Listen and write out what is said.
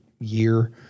year